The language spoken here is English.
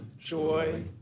joy